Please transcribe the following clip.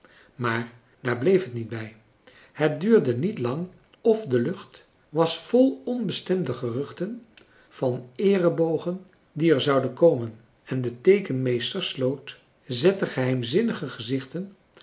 maar daar bleef het niet bij het duurde niet lang of de lucht was vol onbestemde geruchten van eerebogen die er zouden komen en de teekenmeester sloot zette geheimzinnige gezichten